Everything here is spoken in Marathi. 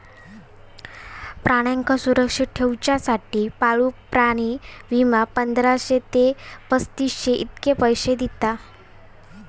प्राण्यांका सुरक्षित ठेवच्यासाठी पाळीव प्राणी विमा, पंधराशे ते पस्तीसशे इतके पैशे दिता